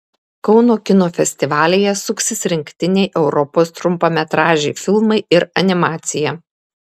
kauno kino festivalyje suksis rinktiniai europos trumpametražiai filmai ir animacija